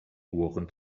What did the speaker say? ohren